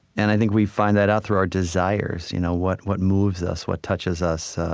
and i think we find that out through our desires. you know what what moves us? what touches us?